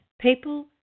people